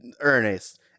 Ernest